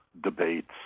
debates